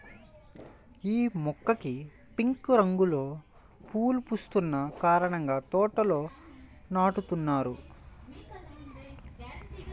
యీ మొక్కకి పింక్ రంగులో పువ్వులు పూస్తున్న కారణంగా తోటల్లో నాటుతున్నారు